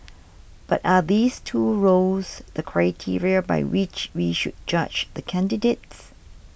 but are these two roles the criteria by which we should judge the candidates